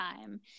time